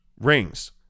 rings